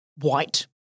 white